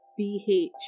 BH